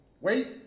Wait